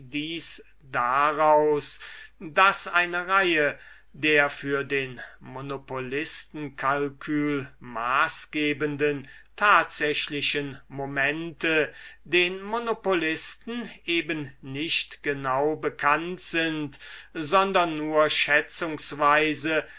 dies daraus daß eine reihe der für den monopolistenkalkül maßgebenden tatsächlichen momente den monopolisten eben nicht genau bekannt sind sondern nur schätzungsweise